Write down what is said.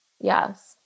Yes